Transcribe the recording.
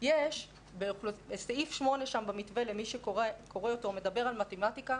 סעיף 8 במתווה מדבר על מתמטיקה,